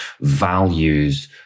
values